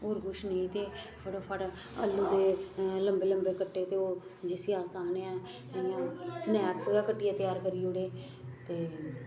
होर कुछ नेईं ते फटोफट आलू दे लम्बे लम्बे कट्टे ते ओह् जिसी अस आखने आं इयां सनैक्स गै कट्टियै त्यार करी उड़े ते